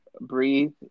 Breathe